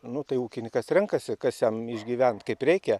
nu tai ūkininkas renkasi kas jam išgyvent kaip reikia